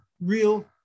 real